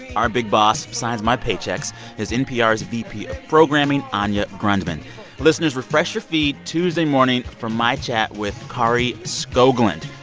our big boss signs my paychecks is npr's vp of programming, anya grundmann listeners, refresh your feed tuesday morning for my chat with kari skogland.